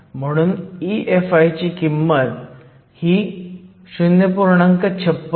म्हणून EFi ही किंमत 0